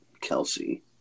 Kelsey